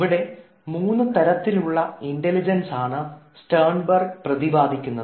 ഇവിടെ മൂന്നുതരത്തിലുള്ള ഇൻറലിജൻസാണ് സ്റ്റെയ്ൻബർഗ് പ്രതിപാദിക്കുന്നത്